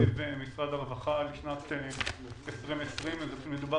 בתקציב משרד הרווחה לשנת 2020. מדובר